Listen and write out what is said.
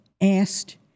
asked